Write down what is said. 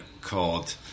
called